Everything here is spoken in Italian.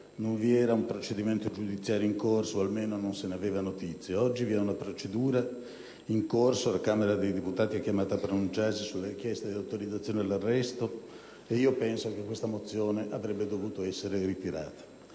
non vi era un procedimento giudiziario in corso, o almeno non se ne aveva notizia. Oggi vi è una procedura in corso: la Camera dei deputati è chiamata a pronunciarsi sulla richiesta di autorizzazione all'arresto e penso che questa mozione avrebbe dovuto essere ritirata.